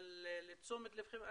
אבל לתשומת ליבכם,